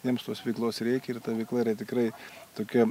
jiems tos veiklos reikia ir ta veikla yra tikrai tokia